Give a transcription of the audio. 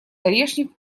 орешник